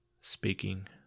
speaking